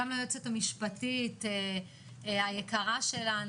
גם ליועצת המשפטית היקרה שלנו,